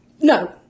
no